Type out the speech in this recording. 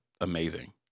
amazing